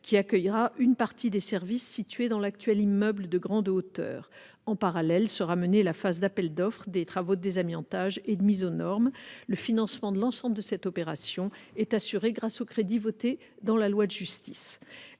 qui accueillera une partie des services situés dans l'actuel immeuble de grande hauteur. En parallèle sera menée la phase d'appel d'offres des travaux de désamiantage et de mise aux normes. Le financement de l'ensemble de cette opération est assuré grâce aux crédits votés dans le projet de